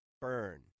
burn